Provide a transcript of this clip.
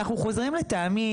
אנחנו חוזרים לטעמי,